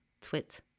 twit